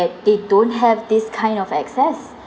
they don't have this kind of access